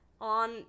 on